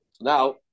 Now